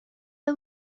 are